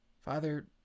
Father